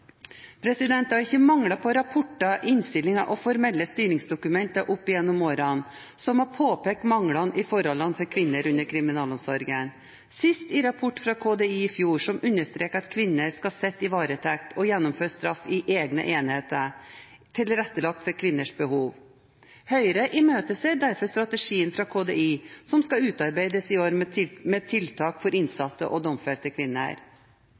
Det har ikke manglet på rapporter, innstillinger og formelle styringsdokumenter opp gjennom årene som har påpekt manglene i forholdene for kvinner under kriminalomsorgen, sist i rapport fra KDI i fjor, som understreker at kvinner skal sitte i varetekt og gjennomføre straff i egne enheter, tilrettelagt for kvinners behov. Høyre imøteser derfor strategien fra KDI som skal utarbeides i år, med tiltak for innsatte og domfelte kvinner.